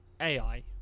AI